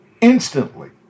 instantly